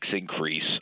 increase